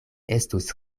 estus